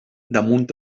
damunt